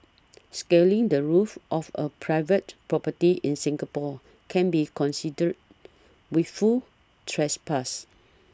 scaling the roof of a private property in Singapore can be considered wilful trespass